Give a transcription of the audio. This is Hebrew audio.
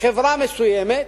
חברה מסוימת,